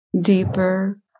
Deeper